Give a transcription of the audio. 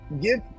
give